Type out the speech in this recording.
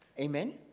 Amen